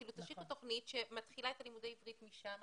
כאילו תשיקו תוכנית שמתחילה את לימודי העברית משם,